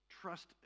Trust